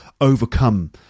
overcome